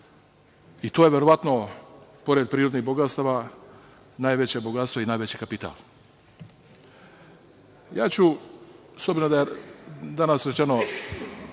i to je, verovatno, pored prirodnih bogatstava, najveće bogatstvo i najveći kapital. Ja ću, s obzirom da je danas rečeno